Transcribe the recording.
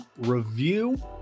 review